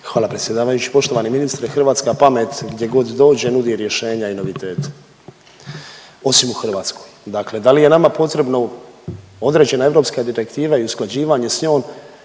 Hvala predsjedavajući. Poštovani ministre, hrvatska pamet gdje god dođe nudi rješenja i novitete, osim u Hrvatskoj. Dakle da li je nama potrebno određena europska direktiva i usklađivanje s njom,